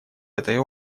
этой